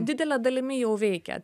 didele dalimi jau veikia